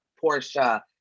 Portia